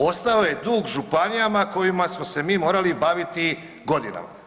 Ostao je dug županijama kojima smo se mi morali baviti godinama.